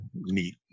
neat